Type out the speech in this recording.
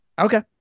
Okay